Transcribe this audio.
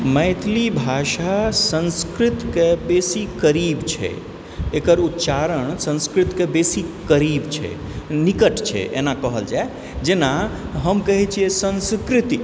मैथिली भाषा संस्कृतके बेसी करीब छै एकर उच्चारण संस्कृतके बेसी करीब छै निकट छै एना कहल जै जेना हम कहय छियै संस्कृति